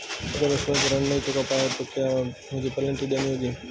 अगर मैं समय पर ऋण नहीं चुका पाया तो क्या मुझे पेनल्टी देनी होगी?